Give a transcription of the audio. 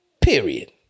Period